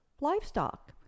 livestock